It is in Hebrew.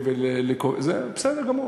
זה בסדר גמור.